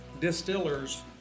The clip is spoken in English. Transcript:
distillers